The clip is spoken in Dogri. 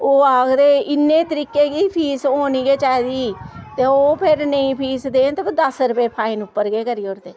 ओह् आखदे इन्ने तरीकै गी फीस होनी गै चाहिदी ते ओह् फिर नेईं फीस देन ते फिर दस रपेऽ फाइन उप्पर गै करी ओड़दे